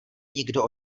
nikdo